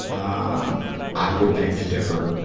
ah um i would beg to differ.